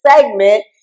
segment